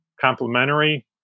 complementary